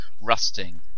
rusting